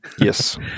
yes